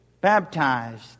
baptized